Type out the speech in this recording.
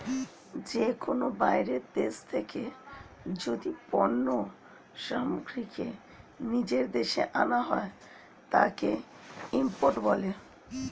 যে কোনো বাইরের দেশ থেকে যদি পণ্য সামগ্রীকে নিজের দেশে আনা হয়, তাকে ইম্পোর্ট বলে